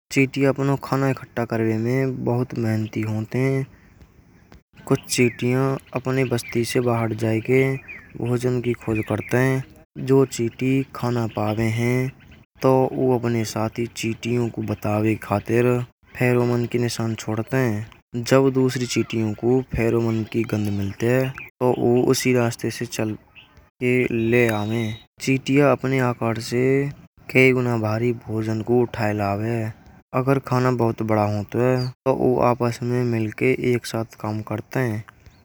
चींटियाँ अपना खाणा एकठ्ठा करवे में बहुत मेहनती होवत हैं। कुछ चिटियां अपनी बस्ती से बाहर जाके भोजन की खोज करतें हैं। जो चींटी कह न पा रहे हैं। तो वह अपने साथीं चिटियों को बतावे खाते रहो मन की निशान छोड़तें हैं। जब दूसरी चींटीयों को खैरों मन की गंध मिलते हैं उसी रास्ते से चल ले आवें। चींटियाँ अपने आकार से कितना भारी भोजन को उठाया अगर खाना बहुत बड़ा हो तो आपस में मिलाकर एक साथ काम करतें हैं।